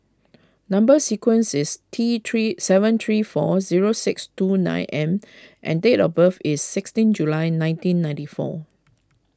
Number Sequence is T three seven three four zero six two nine M and date of birth is sixteen July nineteen ninety four